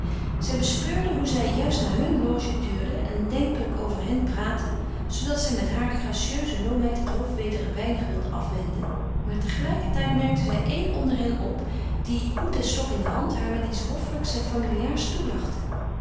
zij bespeurde hoe zij juist naar hun loge tuurden en denkelijk over hen praatten zoodat zij met haar gracieuze loomheid het hoofd weder een weinig wilde afwenden maar tegelijkertijd merkte zij éen onder hen op die hoed en stok in de hand haar met iets hoffelijks en familiaars toelachte